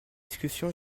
discussion